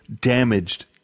damaged